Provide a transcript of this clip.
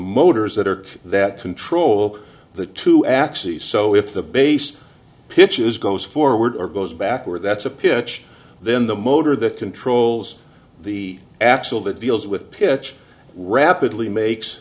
motors that are that control the two axes so if the base pitches goes forward or goes backward that's a pitch then the motor that controls the actual that deals with pitch rapidly makes